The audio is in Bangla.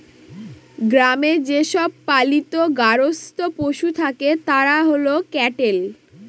গ্রামে যে সব পালিত গার্হস্থ্য পশু থাকে তারা হল ক্যাটেল